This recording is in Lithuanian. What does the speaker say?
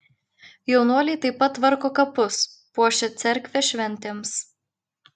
jaunuoliai taip pat tvarko kapus puošia cerkvę šventėms